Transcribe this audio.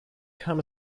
kam